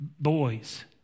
boys